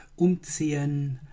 umziehen